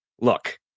Look